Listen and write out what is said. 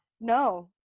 No